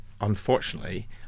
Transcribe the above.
unfortunately